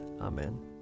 Amen